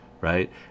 right